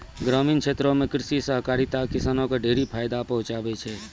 ग्रामीण क्षेत्रो म कृषि सहकारिता किसानो क ढेरी फायदा पहुंचाबै छै